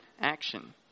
action